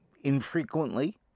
infrequently